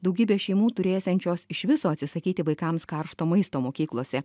daugybė šeimų turėsiančios iš viso atsisakyti vaikams karšto maisto mokyklose